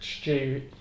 stu